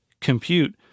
compute